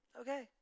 okay